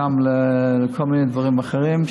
גם לכל מיני דברים אחרים,